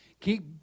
Keep